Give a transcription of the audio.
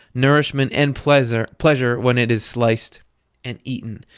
nourishment, and pleasure pleasure when it is sliced and eaten.